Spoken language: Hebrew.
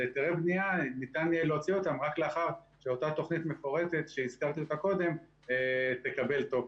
היתרי בנייה ניתן להוציא רק לאחר שאותה תוכנית מפורטת תקבל תוקף.